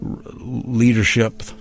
leadership